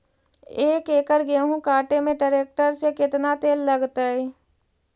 एक एकड़ गेहूं काटे में टरेकटर से केतना तेल लगतइ?